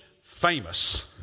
famous